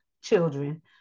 children